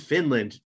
Finland